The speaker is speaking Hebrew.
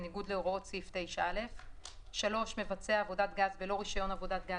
בניגוד להוראות סעיף 9(א); מבצע עבודת גז בלא רישיון עבודת גז,